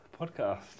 podcast